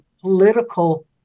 political